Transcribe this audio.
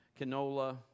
canola